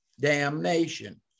damnation